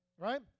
right